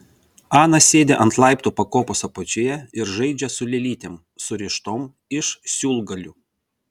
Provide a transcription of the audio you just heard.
ana sėdi ant laiptų pakopos apačioje ir žaidžia su lėlytėm surištom iš siūlgalių